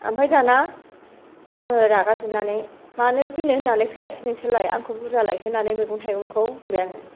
ओमफाय दाना आङो रागा जोंनानै मानो फैनो होननानै फैयासै नोसोरलाय आंखौ बुरजा लायहोनानै मैगं थाइगंखौ होनबाय आङो